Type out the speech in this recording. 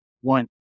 one